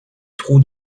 trous